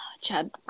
Chad